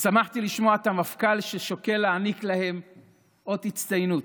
ושמחתי לשמוע שהמפכ"ל שוקל להעניק להם אות הצטיינות,